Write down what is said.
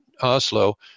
Oslo